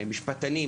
משפטנים,